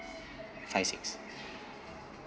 five six